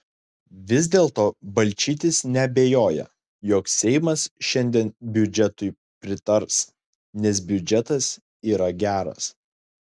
vis dėlto balčytis neabejoja jog seimas šiandien biudžetui pritars nes biudžetas yra geras